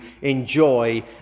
enjoy